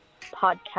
podcast